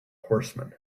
horsemen